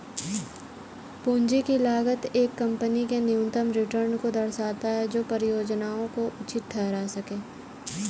पूंजी की लागत एक कंपनी के न्यूनतम रिटर्न को दर्शाता है जो परियोजना को उचित ठहरा सकें